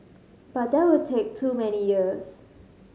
but that would take too many years